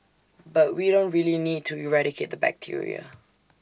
but we don't really need to eradicate the bacteria